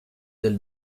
del